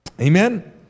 Amen